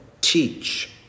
teach